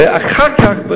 ואחר כך,